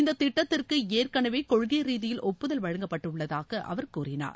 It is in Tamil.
இந்த திட்டத்திற்கு ஏற்கனவே கொள்கை ரீதியில் ஒப்புதல் வழங்கப்பட்டுள்ளதாக அவர் கூறினார்